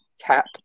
cat